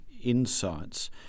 insights